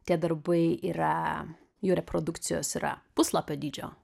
tie darbai yra jų reprodukcijos yra puslapio dydžio